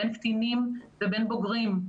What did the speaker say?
בין קטינים ובין בוגרים.